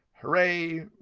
hurray!